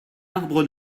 arbre